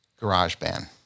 GarageBand